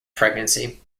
pregnancy